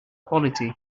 quality